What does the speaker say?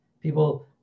People